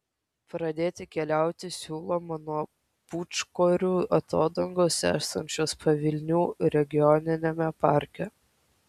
pradėti keliauti siūloma nuo pūčkorių atodangos esančios pavilnių regioniniame parke